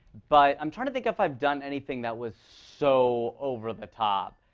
but i'm trying to think if i've done anything that was so over the top